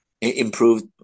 improved